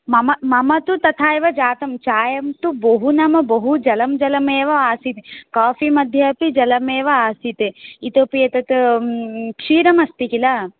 मम मम तु तथा एव जातं चायं तु बहु नाम बहु जलं जलमेव आसीत् काफ़ी मध्ये अपि जलमेव आसीत् इतोपि एतत् क्षीरमस्ति किल